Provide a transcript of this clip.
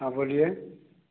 हाँ बोलिए